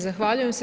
Zahvaljujem se.